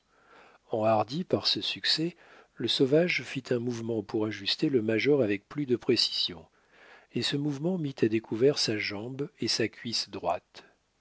enhardi par ce succès le sauvage fit un mouvement pour ajuster le major avec plus de précision et ce mouvement mit à découvert sa jambe et sa cuisse droite